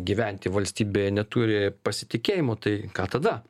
gyventi valstybėje neturi pasitikėjimo tai ką tada